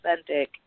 authentic